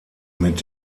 mit